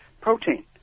protein